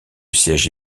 siège